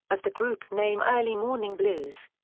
of the group name early morning blues.